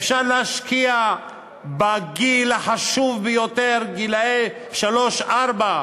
אפשר להשקיע בגיל החשוב ביותר, גילאי שלוש ארבע,